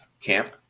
camp